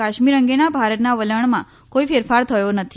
કાશ્મીર અંગેના ભારતના વલણમાં કોઈ ફેરફાર થયો નથી